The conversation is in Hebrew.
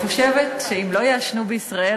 אני חושבת שאם לא יעשנו בישראל,